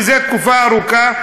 זה תקופה ארוכה,